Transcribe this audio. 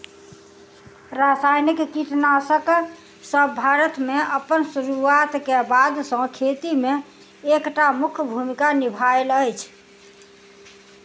रासायनिक कीटनासकसब भारत मे अप्पन सुरुआत क बाद सँ खेती मे एक टा मुख्य भूमिका निभायल अछि